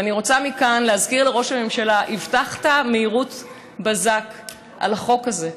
ואני רוצה מכאן להזכיר לראש הממשלה: הבטחת מהירות בזק לחוק הזה.